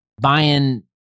buying